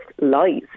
lies